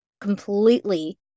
completely